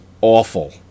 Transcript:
awful